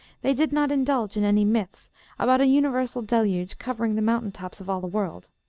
they did not indulge in any myths about a universal deluge covering the mountain-tops of all the world.